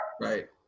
right